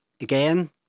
Again